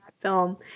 film